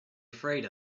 afraid